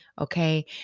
okay